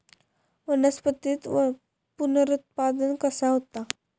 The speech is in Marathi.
वनस्पतीत पुनरुत्पादन कसा होता?